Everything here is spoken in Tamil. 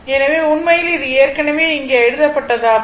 எனவே உண்மையில் இது ஏற்கனவே இங்கே எழுதப்பட்டதாகும்